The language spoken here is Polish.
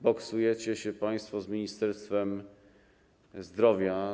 Boksujecie się państwo z Ministerstwem Zdrowia.